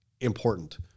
important